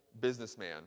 businessman